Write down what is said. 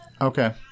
Okay